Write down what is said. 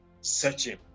Searching